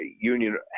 union